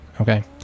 Okay